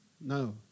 No